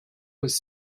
was